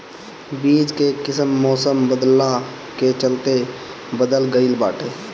बीज कअ किस्म मौसम बदलला के चलते बदल गइल बाटे